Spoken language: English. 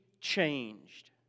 changed